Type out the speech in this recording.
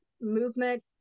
movement